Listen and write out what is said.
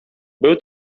był